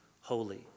holy